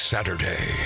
Saturday